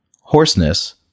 hoarseness